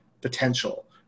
Potential